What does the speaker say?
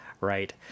right